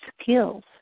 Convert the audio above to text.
skills